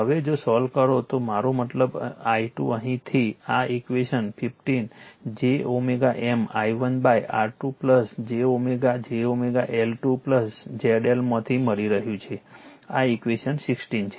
હવે જો સોલ્વ કરો તો મારો મતલબ i2 અહીંથી આ equation 15 j M i1 R2 j j L2 ZL માંથી મળી રહ્યું છે આ ઈક્વેશન 16 છે